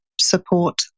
support